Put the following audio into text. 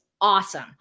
awesome